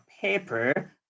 paper